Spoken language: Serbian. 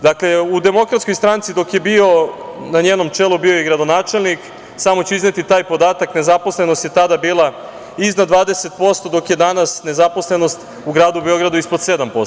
Dakle, u Demokratskoj stranci dok je bio na njenom čelu, bio je i gradonačelnik, samo ću izneti i taj podatak, nezaposlenost je tada bila iznad 20% dok je danas nezaposlenost u gradu Beogradu ispod 7%